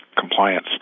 compliance